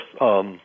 yes